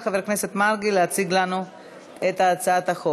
26 חברי כנסת בעד, אין מתנגדים,